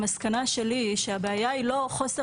המסקנה שלי היא שהבעיה היא לא חוסר